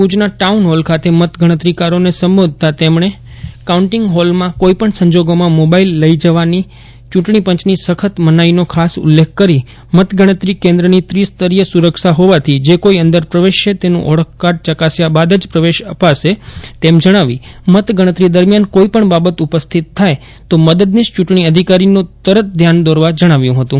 ભુજના ટાઉનહોલ ખાતે મતગણતરીકારોને સંબોધતાં તેમણે કાઉન્ટીંગ હોલમાં કોઇપણ સંજોગોમાં મોબાઇલ લઇ જવાની ચૂંટણી પંચની સખત મનાઇનો ખાસ ઉલ્લેખ કરી મતગણતરી કેન્દ્રની ત્રિસ્તરીય સુરક્ષા હોવાથી જે કોઇ અંદર પ્રવેશશે તેનું ઓળખકાર્ડ ચકાસયા બાદ જ પ્રવેશ અપાશે તેમ જણાવી મતગણતરી દરમિયાન કોઇપણ બાબત ઉપસ્થિત થાય તો મદદનીશ ચૂંટણી અધિકારીનું તરત ધ્યાન દોરવા જણાવ્યું હતું